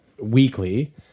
weekly